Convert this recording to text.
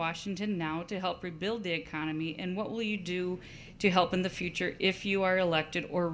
washington now to help rebuild the economy and what will you do to help in the future if you are elected or